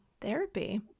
therapy